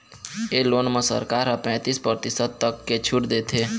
ए loan म सरकार ह पैतीस परतिसत तक के छूट देथे